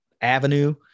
avenue